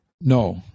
No